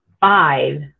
five